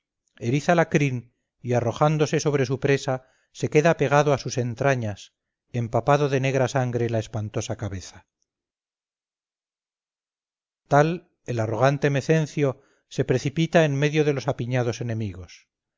la crin y arrojándose sobre su presa se queda pegado a sus entrañas empapado de negra sangre la espantosa cabeza tal el arrogante mecencio se precipita en medio de los apiñados enemigos